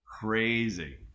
crazy